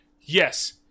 Yes